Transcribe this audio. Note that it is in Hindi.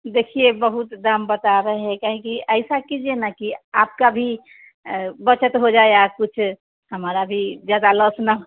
देखिए बहुत दाम बता रहे हैं कहे कि ऐसा कीजिए न कि आपका भी बचत हो जाए या कुछ हमारा भी ज़्यादा लॉस न